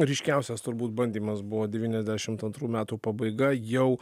ryškiausias turbūt bandymas buvo devyniasdešimt antrų metų pabaiga jau